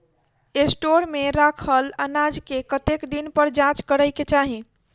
Store मे रखल अनाज केँ कतेक दिन पर जाँच करै केँ चाहि?